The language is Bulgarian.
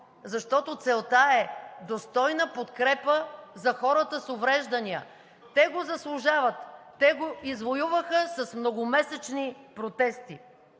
защото целта е достойна подкрепа за хората с увреждания. Те го заслужават, те го извоюваха с многомесечни протести.